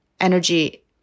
energy